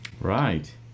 Right